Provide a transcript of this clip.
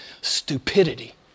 stupidity